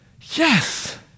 Yes